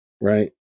Right